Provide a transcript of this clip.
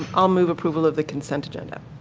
um move approval of the consent agenda.